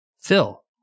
Phil